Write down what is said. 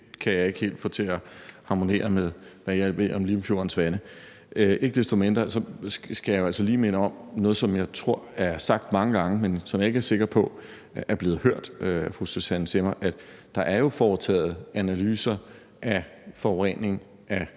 Det kan jeg ikke helt få til at harmonere med, hvad jeg ved om Limfjordens vande. Ikke desto mindre skal jeg jo altså lige minde om – noget, som jeg tror er sagt mange gange, men som jeg ikke er sikker på er blevet hørt af fru Susanne Zimmer – at der er foretaget analyser af forurening af